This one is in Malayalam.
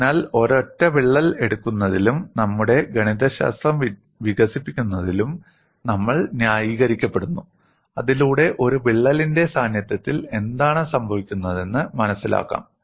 അതിനാൽ ഒരൊറ്റ വിള്ളൽ എടുക്കുന്നതിലും നമ്മുടെ ഗണിതശാസ്ത്രം വികസിപ്പിക്കുന്നതിലും നമ്മൾ ന്യായീകരിക്കപ്പെടുന്നു അതിലൂടെ ഒരു വിള്ളലിന്റെ സാന്നിധ്യത്തിൽ എന്താണ് സംഭവിക്കുന്നതെന്ന് മനസിലാക്കാം